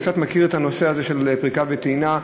ואני קצת מכיר את הנושא הזה של פריקה וטעינה,